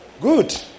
Good